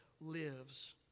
lives